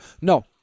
no